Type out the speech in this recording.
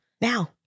Now